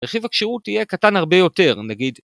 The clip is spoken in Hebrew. רכיב הקשירות יהיה קטן הרבה יותר, נגיד